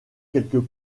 quelques